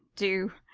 do!